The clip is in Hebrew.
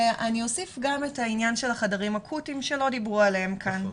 אני אוסיף גם את העניין של החדרים האקוטיים שלא דיברו עליהם כאן.